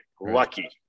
Lucky